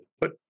put